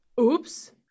Oops